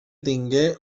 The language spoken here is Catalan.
tingué